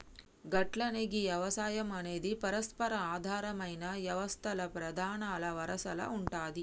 గట్లనే గీ యవసాయం అనేది పరస్పర ఆధారమైన యవస్తల్ల ప్రధానల వరసల ఉంటాది